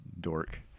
dork